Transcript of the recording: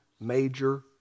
major